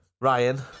Ryan